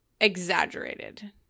exaggerated